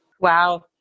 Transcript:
Wow